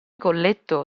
colletto